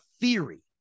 theory